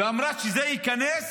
והיא אמרה שזה ייכנס